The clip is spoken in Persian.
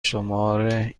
شماره